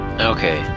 Okay